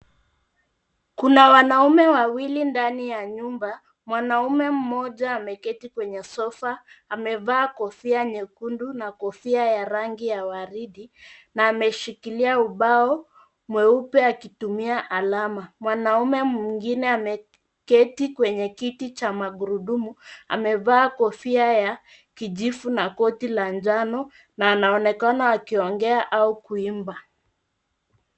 Kuna wanaume wawili ndani ya nyumba. Mwanaume mmoja ameketi kwenye sofa, amevaa kofia nyekundu na kofia ya rangi ya waridi, na ameshikilia ubao mweupe akitumia alama. Mwanaume mwingine ameketi kwenye kiti cha magurudumu, amevaa kofia ya kijivu na koti la njano, na anaonekana akiongea au kuimba.